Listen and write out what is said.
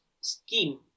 scheme